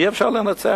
אי-אפשר לנצח.